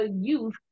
youth